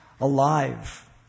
alive